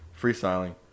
freestyling